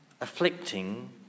afflicting